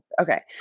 okay